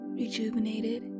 rejuvenated